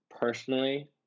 personally